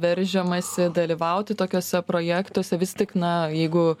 veržiamasi dalyvauti tokiuose projektuose vis tik na jeigu